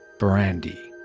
brandy.